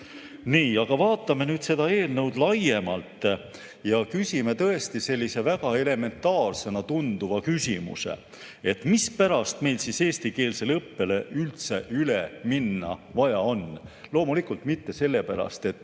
Aga vaatame nüüd seda eelnõu laiemalt ja küsime tõesti sellise väga elementaarsena tunduva küsimuse, et mispärast meil üldse on vaja eestikeelsele õppele üle minna. Loomulikult mitte sellepärast, et